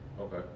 Okay